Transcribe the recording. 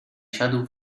siadł